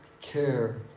care